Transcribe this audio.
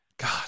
god